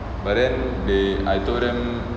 but then they I told them